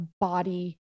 body